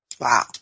Wow